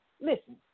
listen